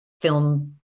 film